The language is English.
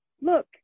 Look